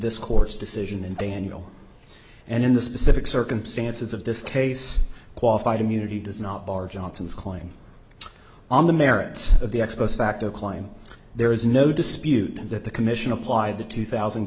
this court's decision and daniel and in the specific circumstances of this case qualified immunity does not bar johnson's claim on the merits of the ex post facto clime there is no dispute that the commission applied the two thousand